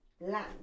Land